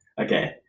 okay